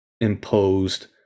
imposed